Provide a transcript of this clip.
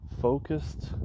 Focused